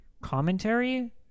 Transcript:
commentary